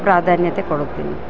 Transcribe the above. ಪ್ರಾಧಾನ್ಯತೆ ಕೊಡುತ್ತೀನಿ